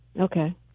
Okay